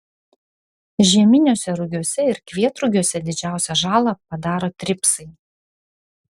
žieminiuose rugiuose ir kvietrugiuose didžiausią žalą padaro tripsai